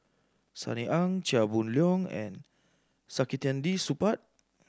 Sunny Ang Chia Boon Leong and Saktiandi Supaat